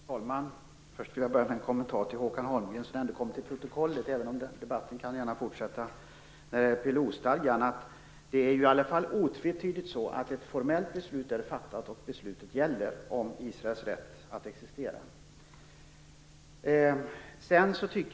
Fru talman! Först vill jag göra en kommentar riktad till Håkan Holmberg, så att den antecknas till protokollet. När det gäller PLO-stadgan är det otvetydigt så att ett formellt beslut är fattat om Israels rätt att existera, och det beslutet gäller.